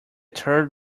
third